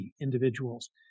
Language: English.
individuals